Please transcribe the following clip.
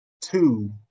two